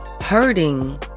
Hurting